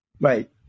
Right